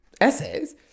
essays